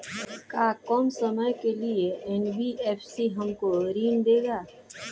का कम समय के लिए एन.बी.एफ.सी हमको ऋण देगा?